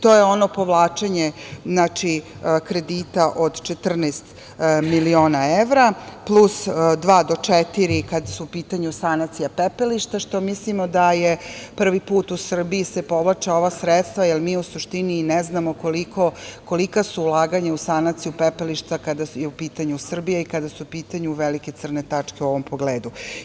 To je ono povlačenje kredita od 14 miliona evra, plus dva do četiri, kada je u pitanju sanacija pepelišta, što mislimo da se prvi put u Srbiji povlače ova sredstva, jer mi u suštini ne znamo kolika su ulaganja u sanaciju pepelišta kada je u pitanju Srbija i kada su u pitanju velike crne tačke u ovom pogledu.